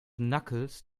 knuckles